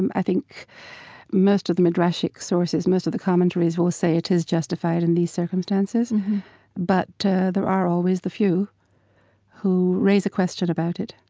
and i think most of the midrashic sources, most of the commentaries, will say it is justified in these circumstances but there are always the few who raise a question about it.